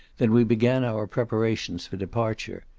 than we began our preparations for departure.